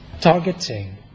targeting